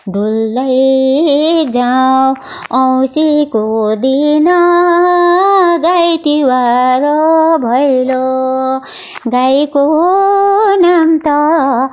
डुल्दै जाऊँ औँसीको दिन गाई तिहार हो भैलो गाईको नाम त